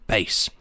Base